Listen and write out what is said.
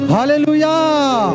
Hallelujah